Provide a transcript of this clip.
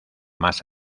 más